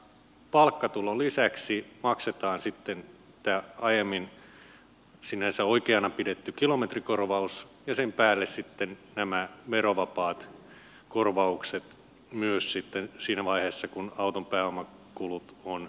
palkkatulon lisäksi maksetaan sitten tämä aiemmin sinänsä oikeana pidetty kilometrikorvaus ja sen päälle sitten nämä verovapaat korvaukset myös siinä vaiheessa kun auton pääomakulut on jo korvattu